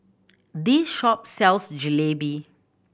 this shop sells Jalebi